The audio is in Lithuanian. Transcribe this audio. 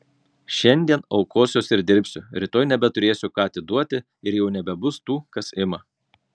šiandien aukosiuosi ir dirbsiu rytoj nebeturėsiu ką atiduoti ir jau nebebus tų kas ima